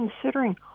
considering